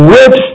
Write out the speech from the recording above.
Wait